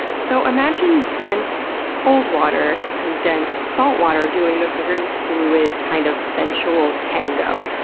so imagine dense, cold water and dense, saltwater doing a very fluid kind of sensual tango.